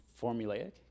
formulaic